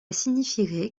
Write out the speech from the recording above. signifierait